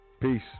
Peace